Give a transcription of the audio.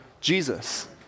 Jesus